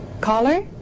Caller